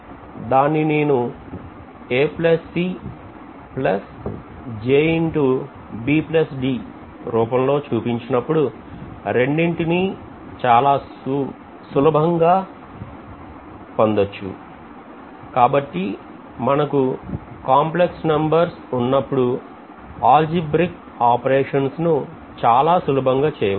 దాన్ని నేను రూపంలో చూపించినప్పుడు రెండింటినీ చాలా సులభంగా కలగొచ్చు కాబట్టి మనకు కాంప్లెక్స్ నంబర్స్ ఉన్నప్పుడు algebraic operationsను చాలా సులభంగా చేయవచ్చు